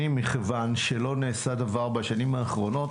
מכיוון שלא נעשה דבר בשנים האחרונות,